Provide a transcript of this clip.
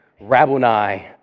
Rabboni